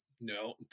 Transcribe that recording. No